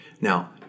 Now